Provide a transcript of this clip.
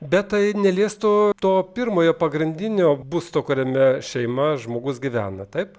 bet tai neliestų to pirmojo pagrindinio būsto kuriame šeima žmogus gyvena taip